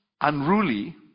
unruly